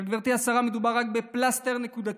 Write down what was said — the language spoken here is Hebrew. אבל גברתי השרה, מדובר רק בפלסטר נקודתי.